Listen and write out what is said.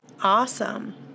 Awesome